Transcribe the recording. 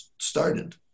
started